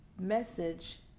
message